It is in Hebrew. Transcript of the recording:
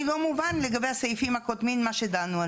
שלי לא מובן לגבי הסעיפים הקודמים מה שדנו.